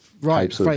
right